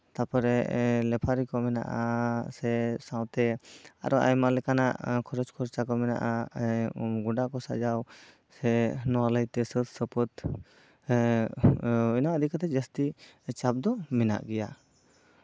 ᱛᱟᱨᱯᱚᱨᱮ ᱞᱮᱯᱷᱟᱨᱤ ᱠᱚ ᱢᱮᱱᱟᱜᱼᱟ ᱥᱮ ᱥᱟᱶᱛᱮ ᱟᱨᱚ ᱟᱭᱢᱟ ᱞᱮᱠᱟᱱᱟᱜ ᱠᱷᱚᱨᱚᱪ ᱠᱷᱚᱨᱪᱟ ᱠᱚ ᱢᱮᱱᱟᱜᱼᱟ ᱜᱚᱰᱟ ᱠᱚ ᱥᱟᱡᱟᱣ ᱥᱮ ᱚᱱᱟ ᱞᱟᱹᱭᱛᱮ ᱥᱟᱹᱛ ᱥᱟᱹᱯᱟᱹᱛ ᱚᱱᱟ ᱤᱫᱤ ᱠᱟᱛᱮᱜ ᱡᱟᱹᱥᱛᱤ ᱪᱟᱯ ᱫᱚ ᱢᱮᱱᱟᱜ ᱜᱮᱭᱟ